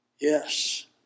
yes